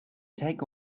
take